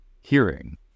hearing